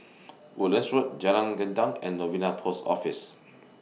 Woodlands Road Jalan Gendang and Novena Post Office